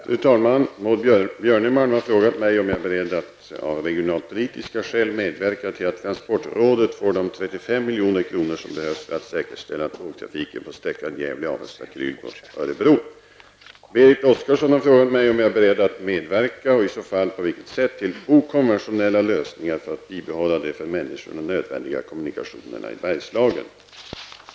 Fru talman! Maud Björnemalm har frågat mig om jag är beredd att av regionalpolitiska skäl medverka till att transportrådet får de 35 milj.kr. som behövs för att säkerställa tågtrafiken på sträckan Gävle-- Avesta/Krylbo--Örebro. Berit Oscarsson har frågat mig om jag är beredd att medverka -- och i så fall på vilket sätt -- till okonventionella lösningar för att bibehålla de för människorna nödvändiga kommunikationerna i Bergslagen.